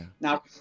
Now